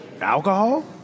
alcohol